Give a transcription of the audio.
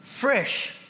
fresh